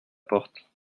porte